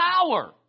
power